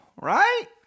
right